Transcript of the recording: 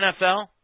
NFL